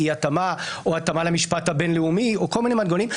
אי התאמה או התאמה למשפט הבין-לאומי או כל מיני מנגנונים.